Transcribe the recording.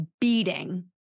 beating